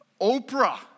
Oprah